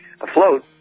afloat